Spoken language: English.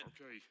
Okay